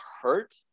hurt